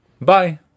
Bye